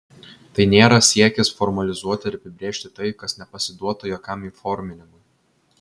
tai nėra siekis formalizuoti ar apibrėžti tai kas nepasiduota jokiam įforminimui